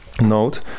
note